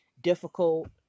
difficult